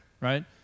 right